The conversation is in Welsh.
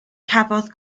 cafodd